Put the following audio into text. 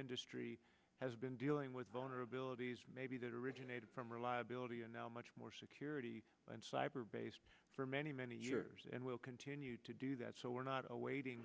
industry has been dealing with vulnerabilities maybe that originated from reliability and now much more security and cyber based for many many years and will continue to do that so we're not awaiting